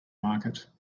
market